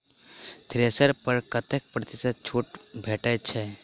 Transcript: Thresher पर कतै प्रतिशत छूट भेटय छै?